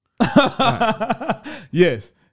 Yes